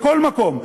בכל מקום.